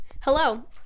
Hello